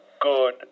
good